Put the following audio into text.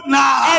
now